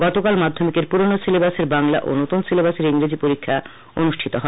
গতকাল মাধ্যমিকের পূরানো সিলেবাসের বাংলা ও নতুন সিলেবাসের ইংরেজী পরীক্ষা অনুষ্ঠিত হয়